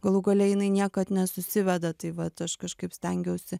galų gale jinai niekad nesusiveda tai vat aš kažkaip stengiausi